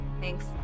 Thanks